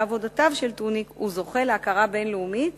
עבודותיו של טוניק הוא זוכה להכרה בין-לאומית